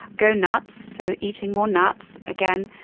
go nuts, so eating more nuts. again,